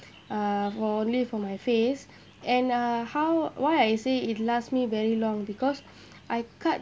uh for only for my face and uh how why I say it last me very long because I cut